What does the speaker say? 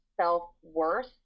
self-worth